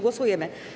Głosujemy.